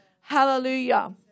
hallelujah